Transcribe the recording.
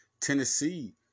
Tennessee